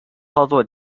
操作